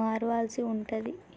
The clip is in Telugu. మార్వాల్సి ఉంటది